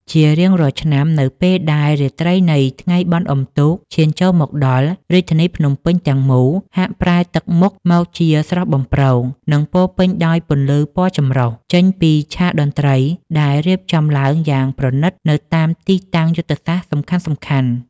ជារៀងរាល់ឆ្នាំ នៅពេលដែលរាត្រីនៃថ្ងៃបុណ្យអុំទូកឈានចូលមកដល់ រាជធានីភ្នំពេញទាំងមូលហាក់ប្រែទឹកមុខមកជាស្រស់បំព្រង និងពោរពេញដោយពន្លឺពណ៌ចម្រុះ ចេញពីឆាកតន្ត្រីដែលរៀបចំឡើងយ៉ាងប្រណីតនៅតាមទីតាំងយុទ្ធសាស្ត្រសំខាន់ៗ។